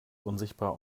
unsichtbar